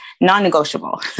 non-negotiable